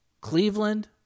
Cleveland